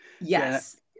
yes